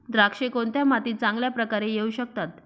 द्राक्षे कोणत्या मातीत चांगल्या प्रकारे येऊ शकतात?